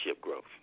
growth